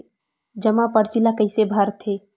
जमा परची ल कइसे भरथे?